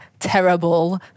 terrible